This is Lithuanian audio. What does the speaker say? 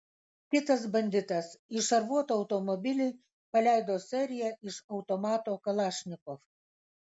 kitas banditas į šarvuotą automobilį paleido seriją iš automato kalašnikov